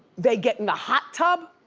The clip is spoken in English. they get in the hot tub.